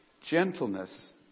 gentleness